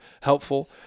helpful